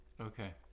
Okay